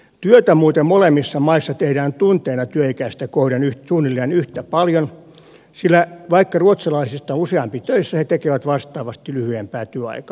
työtä muuten molemmissa maissa tehdään tunteina työikäistä kohden suunnilleen yhtä paljon sillä vaikka ruotsalaisista on useampi töissä he tekevät vastaavasti lyhyempää työaikaa